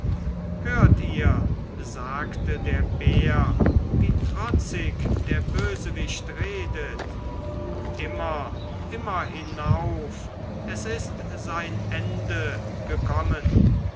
hört ihr sagte der bär wie trotzig der bösewicht redet immer immer hinauf es ist sein ende gekommen